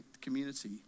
community